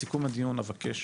בסיכום הדיו אבקש,